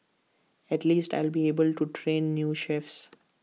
at least I'll be able to train new chefs